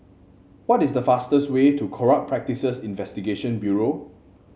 what is the fastest way to Corrupt Practices Investigation Bureau